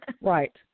Right